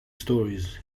stories